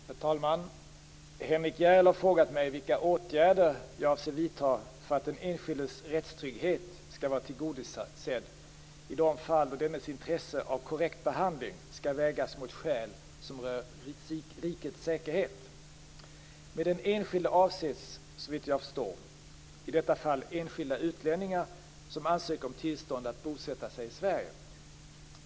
Herr talman! Henrik S Järrel har frågat mig vilka åtgärder jag avser vidta för att den enskildes rättstrygghet skall vara tillgodosedd i de fall då dennes intresse av korrekt behandling skall vägas mot skäl som rör rikets säkerhet. Med den enskilde avses, såvitt jag förstår, i detta fall enskilda utlänningar som ansöker om tillstånd att bosätta sig i Sverige.